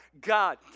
God